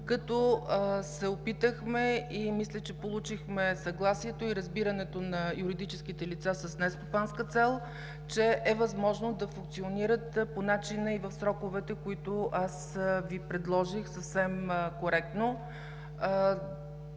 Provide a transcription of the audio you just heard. времето. Опитахме се и мисля, че получихме съгласието и разбирането на юридическите лица с нестопанска цел, че е възможно да функционират по начина и в сроковете, които Ви изложих съвсем коректно.